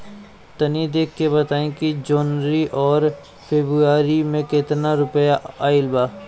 तनी देख के बताई कि जौनरी आउर फेबुयारी में कातना रुपिया आएल बा?